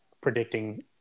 predicting